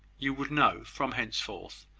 you would know, from henceforth,